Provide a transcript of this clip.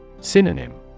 Synonym